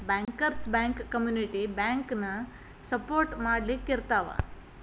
bankers bank community ಬ್ಯಾಂಕನ support ಮಾಡ್ಲಿಕ್ಕಿರ್ತಾವ